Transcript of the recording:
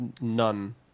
none